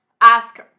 ask